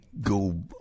go